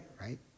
right